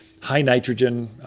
high-nitrogen